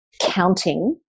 counting